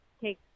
take